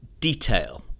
detail